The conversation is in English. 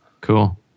Cool